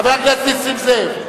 חבר הכנסת נסים זאב.